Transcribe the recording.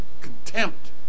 contempt